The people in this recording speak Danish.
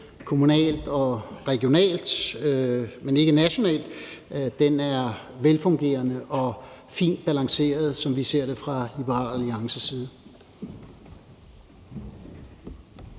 kommunalt og regionalt, men ikke nationalt, er velfungerende og fint balanceret, som vi ser det fra Liberal Alliances side.